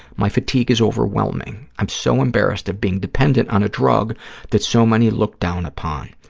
my fatigue is overwhelming. i'm so embarrassed of being dependent on a drug that so many look down upon.